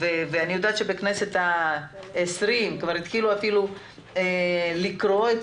אני יודעת שבכנסת העשרים התחילו לקרוא את